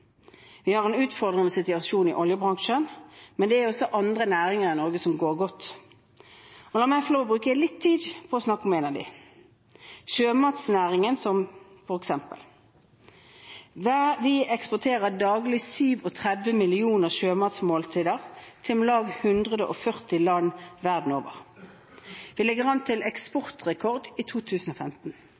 Vi har en utfordrende situasjon i oljebransjen, men det er også andre næringer i Norge, som går godt. La meg få lov til å bruke litt tid på å snakke om en av dem, nemlig sjømatnæringen. Vi eksporterer daglig 37 millioner sjømatmåltider til om lag 140 land verden over. Vi ligger an til eksportrekord i 2015.